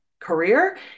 career